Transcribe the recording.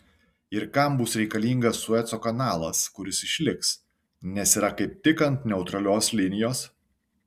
ir kam bus reikalingas sueco kanalas kuris išliks nes yra kaip tik ant neutralios linijos